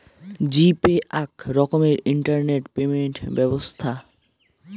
জি Pay আক রকমের internet payment ব্যবছ্থা